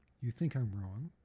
you think i'm wrong,